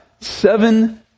seven